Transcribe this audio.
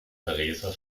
theresa